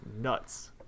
nuts